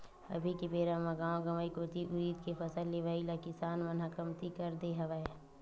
अभी के बेरा म गाँव गंवई कोती उरिद के फसल लेवई ल किसान मन ह कमती कर दे हवय